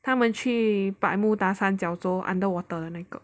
他们去百慕大三角洲 underwater 的那个